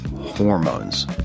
hormones